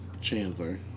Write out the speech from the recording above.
Chandler